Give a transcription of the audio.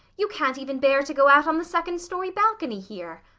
you can't even bear to go out on the second-storey balcony here.